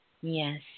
Yes